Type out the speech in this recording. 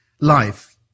life